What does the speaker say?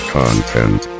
content